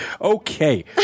okay